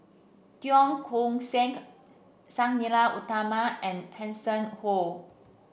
Cheong Koon Seng Sang Nila Utama and Hanson Ho